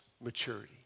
maturity